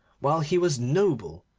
while he was noble,